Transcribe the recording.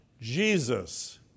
Jesus